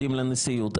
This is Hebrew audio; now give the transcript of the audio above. מהמועמדים לנשיאות.